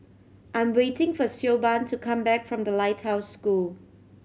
I'm waiting for Siobhan to come back from The Lighthouse School